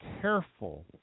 careful